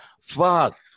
fuck